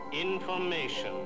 information